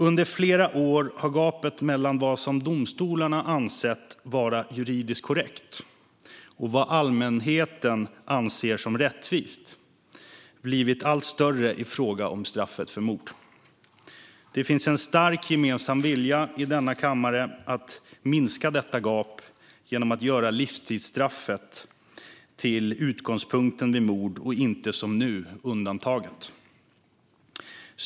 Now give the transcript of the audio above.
Under flera år har gapet mellan vad domstolarna ansett vara juridiskt korrekt och vad allmänheten anser rättvist blivit allt större när det gäller straffet för mord. Det finns en stark gemensam vilja i denna kammare att minska detta gap genom att göra livstidsstraffet till utgångspunkten vid mord och inte som nu undantaget.